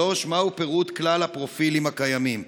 3. מהו פירוט כלל הפרופילים הקיימים?